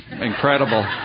incredible